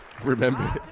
Remember